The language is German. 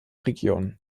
region